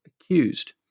accused